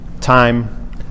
time